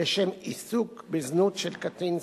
"לשם עיסוק בזנות של קטין".